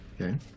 Okay